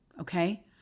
okay